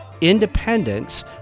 independence